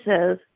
says